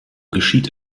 geschieht